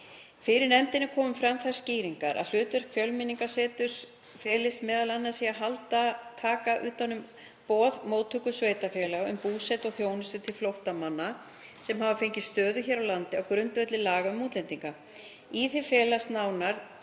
Fyrir nefndinni komu fram þær skýringar að hlutverk Fjölmenningarseturs felist m.a. í því að halda utan um boð móttökusveitarfélaga um búsetu og þjónustu til flóttamanna sem hafa fengið stöðu hér á landi á grundvelli laga um útlendinga. Í því felist nánar